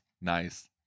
nice